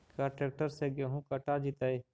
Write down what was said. का ट्रैक्टर से गेहूं कटा जितै?